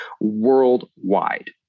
worldwide